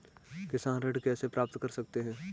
किसान ऋण कैसे प्राप्त कर सकते हैं?